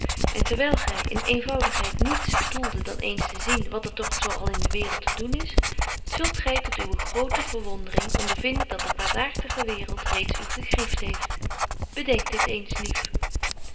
en terwyl gy in eenvoudigheid niets bedoelde dan eens te zien wat er toch zo al in de waereld te doen is zult gy tot uwe grote verwondering ondervinden dat de kwaadaartige waereld reeds u gegrieft heeft bedenk dit eens lief